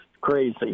crazy